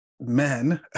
men